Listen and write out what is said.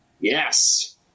Yes